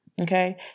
Okay